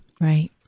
Right